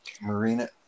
Marina